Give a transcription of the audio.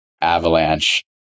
Avalanche